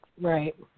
Right